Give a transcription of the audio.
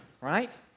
right